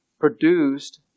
produced